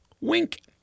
Wink